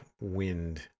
wind